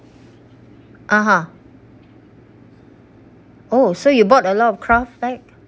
(uh huh) oh so you bought a lot of craft like